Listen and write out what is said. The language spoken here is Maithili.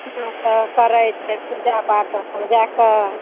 करै छै पूजा पाठ तब जाकऽ